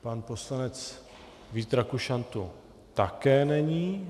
Pan poslanec Vít Rakušan tu také není.